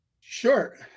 Sure